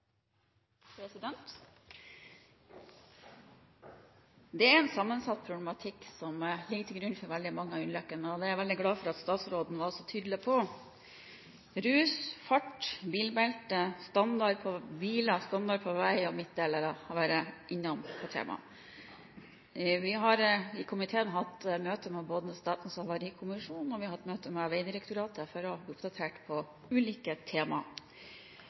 en sammensatt problematikk som ligger til grunn for veldig mange av ulykkene. Det er jeg veldig glad for at statsråden var så tydelig på. Rus, fart, bilbelte, standard på biler, standard på vei og midtdelere er tema en har vært innom. Vi i komiteen har hatt møte med både Statens havarikommisjon og